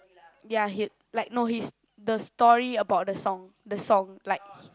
ya he like no he's the story about the song the song like